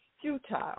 futile